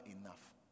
enough